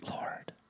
Lord